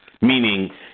meaning